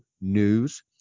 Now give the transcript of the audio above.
news